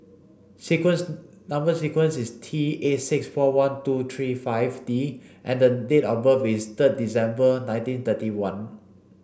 sequence number sequence is T eight six four one two three five D and date of birth is third December nineteen thirty one